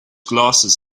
glasses